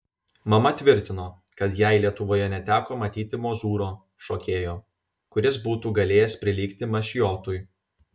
mama tvirtino kad jai lietuvoje neteko matyti mozūro šokėjo kuris būtų galėjęs prilygti mašiotui